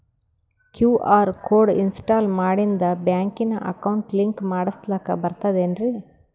QR code install ಮಾಡಿಂದ ಬ್ಯಾಂಕಿನ account link ಮಾಡಸ್ಲಾಕ ಬರ್ತದೇನ್ರಿ